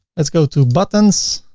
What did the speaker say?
let's go to buttons